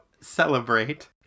celebrate